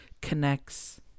connects